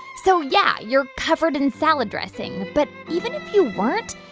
so yeah, you're covered in salad dressing. but even if you weren't,